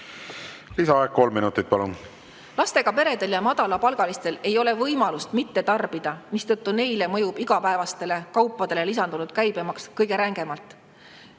Lisaaeg kolm minutit, palun! Lastega peredel ja madalapalgalistel ei ole võimalust mitte tarbida, mistõttu neile mõjub igapäevastele kaupadele lisandunud käibemaks kõige rängemalt.